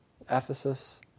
Ephesus